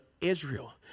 Israel